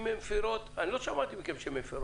אם הן מפרות, אני לא שמעתי מכם שהן מפרות.